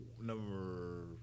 number